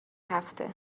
هفته